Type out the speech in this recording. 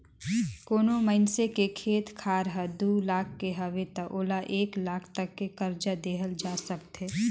कोनो मइनसे के खेत खार हर दू लाख के हवे त ओला एक लाख तक के करजा देहल जा सकथे